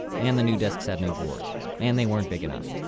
and the new desks had no drawers. and they weren't big enough.